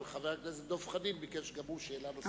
אבל חבר הכנסת דב חנין ביקש גם הוא שאלה נוספת.